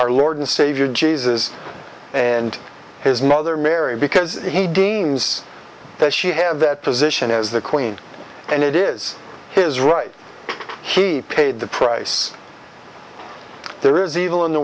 our lord and savior jesus and his mother mary because he deigns that she have that position as the queen and it is his right he paid the price there is evil in the